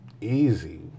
easy